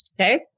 Okay